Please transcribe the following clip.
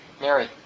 mary